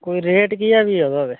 कोई रेट की ऐ फ्ही ओह्दा ते